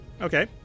Okay